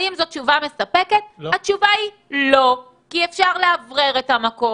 התשובה לא מספקת כי אפשר לאוורר את המקום,